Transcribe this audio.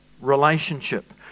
relationship